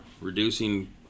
reducing